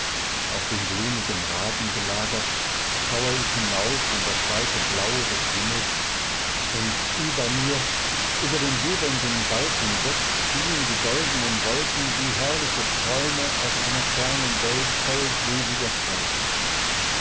auf den blumigen rasen gelagert schaue ich hinauf in das weite blaue des himmels und über mir über den jubelnden wald hinweg ziehen die goldnen wolken wie herrliche träume aus einer fernen welt voll seliger freuden